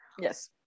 yes